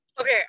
Okay